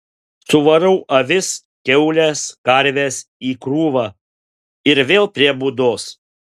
suvarau avis kiaules karves į krūvą ir vėl prie būdos